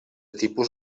tipus